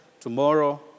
tomorrow